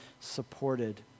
supported